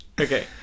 okay